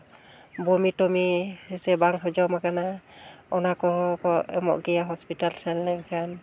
ᱵᱚᱢᱤᱼᱴᱚᱢᱤ ᱥᱮ ᱵᱟᱝ ᱦᱚᱡᱚᱢᱟᱠᱟᱱᱟ ᱚᱱᱟ ᱠᱚᱦᱚᱸ ᱠᱚ ᱮᱢᱚᱜ ᱜᱮᱭᱟ ᱦᱚᱥᱯᱤᱴᱟᱞ ᱥᱮᱱ ᱞᱮᱱᱠᱷᱟᱱ